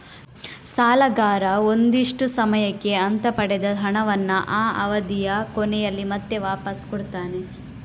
ಸಾಲಗಾರ ಒಂದಿಷ್ಟು ಸಮಯಕ್ಕೆ ಅಂತ ಪಡೆದ ಹಣವನ್ನ ಆ ಅವಧಿಯ ಕೊನೆಯಲ್ಲಿ ಮತ್ತೆ ವಾಪಾಸ್ ಕೊಡ್ತಾನೆ